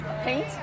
Paint